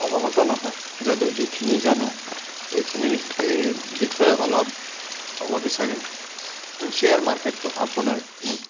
অৱগত নহয় যদিও যিখিনি জানো সেইখিনিৰ এইৰ বিষয়ে অলপ ক'ব বিচাৰিম কাৰণ শ্বেয়াৰ মাৰ্কেটটো আপোনাৰ